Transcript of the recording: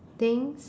things